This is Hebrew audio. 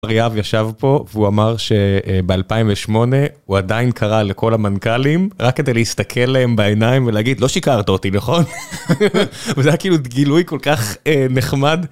אריאב ישב פה והוא אמר שב2008 הוא עדיין קרא לכל המנכ״לים רק כדי להסתכל להם בעיניים ולהגיד לא שיקרת אותי, נכון? וזה היה, כאילו, גילוי כל כך נחמד